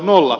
nolla